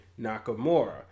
Nakamura